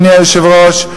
אדוני היושב-ראש,